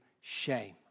shame